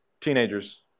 Teenagers